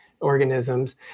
organisms